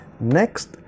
Next